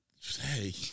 Hey